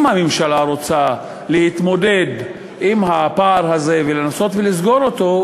אם הממשלה רוצה להתמודד עם הפער הזה ולנסות ולסגור אותו,